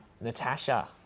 Natasha